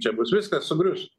čia bus viskas sugrius